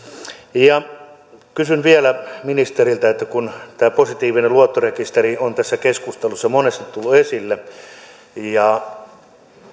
kysyn vielä ministeriltä kun tämä positiivinen luottorekisteri on tässä keskustelussa monesti tullut esille niin